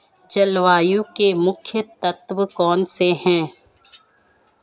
जलवायु के मुख्य तत्व कौनसे हैं?